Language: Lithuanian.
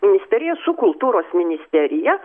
ministeriją su kultūros ministerija